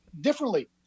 differently